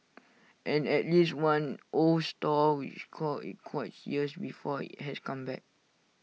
and at least one old stall which called IT quits years before IT has come back